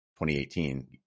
2018